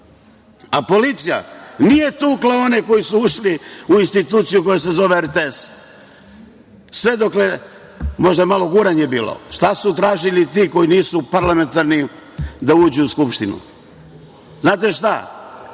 A, policija nije tukla one koji su ušli u instituciju koja se zove RTS, možda je malo guranje bilo. Šta su tražili ti koji nisu parlamentarni da uđu u Skupštinu? Znate šta,